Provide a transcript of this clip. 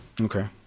Okay